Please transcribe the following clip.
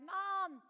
Mom